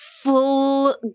Full